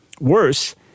Worse